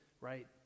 right